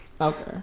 Okay